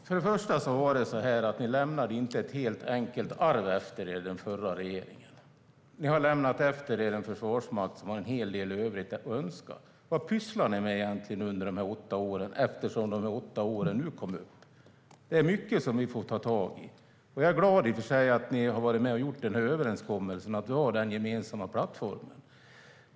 Fru talman! Först och främst lämnade ni inte ett så enkelt arv efter er i den förra regeringen. Ni har lämnat efter er en försvarsmakt där det finns en hel del övrigt att önska. Vad pysslade ni egentligen med under de åtta åren, eftersom de åtta åren kom upp nu? Det är mycket som vi får ta tag i. Jag är i och för sig glad att ni har varit med och gjort den här överenskommelsen och att vi har den gemensamma plattformen.